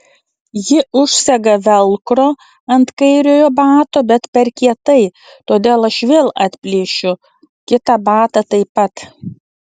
ji užsega velcro ant kairiojo bato bet per kietai todėl aš vėl atplėšiu kitą batą taip pat